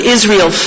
Israel